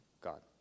God